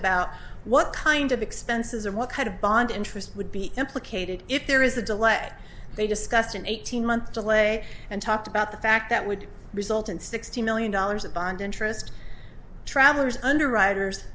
about what kind of expenses and what kind of bond interest would be implicated if there is a delay they discussed an eighteen month delay and talked about the fact that would result in sixty million dollars of bond interest travelers underwriters